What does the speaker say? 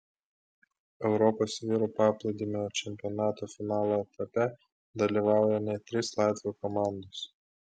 europos vyrų paplūdimio čempionato finalo etape dalyvauja net trys latvių komandos